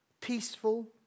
peaceful